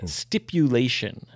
stipulation